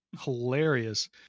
hilarious